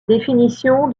définition